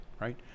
right